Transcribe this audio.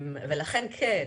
ולכן, כן.